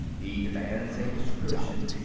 he demands a description,